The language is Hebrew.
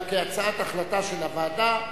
אלא כהצעת החלטה של הוועדה.